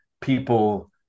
people